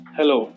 Hello